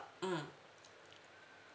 mm